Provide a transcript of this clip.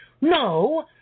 No